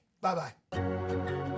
Bye-bye